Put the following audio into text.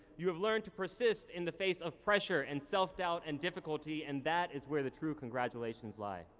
you have learned to persist in the face of pressure and self-doubt and difficulty, and that is where the true congratulations lie.